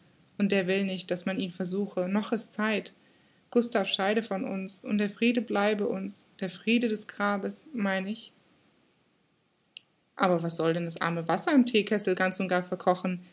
und der will nicht daß man ihn versuche noch ist zeit gustav scheide von uns und der friede bleibe uns der friede des grabes mein ich aber soll denn das arme wasser im theekessel ganz und gar verkochen